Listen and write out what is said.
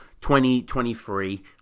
2023